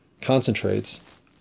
concentrates